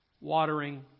watering